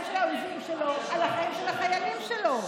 של האויבים שלו על החיים של החיילים שלו.